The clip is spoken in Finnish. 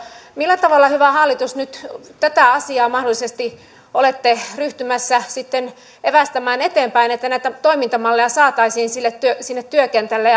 millä tavalla hyvä hallitus nyt tätä asiaa mahdollisesti olette ryhtymässä sitten evästämään eteenpäin että näitä toimintamalleja saataisiin sinne työkentälle